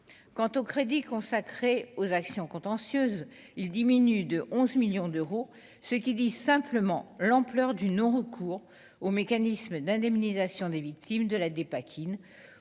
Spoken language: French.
quant aux crédits consacrés aux actions contentieuses il diminue de 11 millions d'euros, ce qu'il dit simplement l'ampleur du non-recours au mécanisme d'indemnisation des victimes de la dépakine